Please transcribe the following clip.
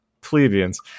Plebeians